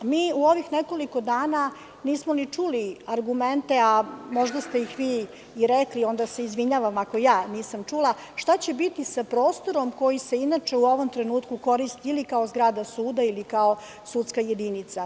Mi u ovih nekoliko dana nismo ni čuli argumente, a možda ste ih rekli, izvinjavam se ako nisam čula, šta će biti sa prostorom koji se inače u ovom trenutku koristi ili kao zgrada suda ili kao sudska jedinica.